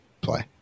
play